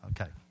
Okay